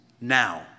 now